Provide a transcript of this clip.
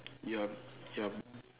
you're you're